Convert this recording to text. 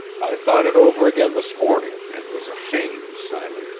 i thought it over again this morning and was ashamed, simon,